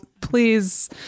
please